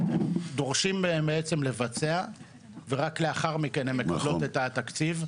דורשים מהן לבצע ורק לאחר מכן הן מקבלות את התקציב.